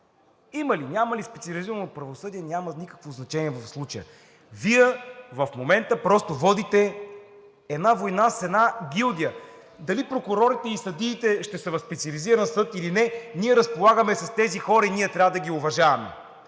Има ли, няма ли специализирано правосъдие, в случая няма никакво значение – Вие в момента просто водите една война с една гилдия. Дали прокурорите и съдиите ще са в Специализиран съд или не, ние разполагаме с тези хора и трябва да ги уважаваме.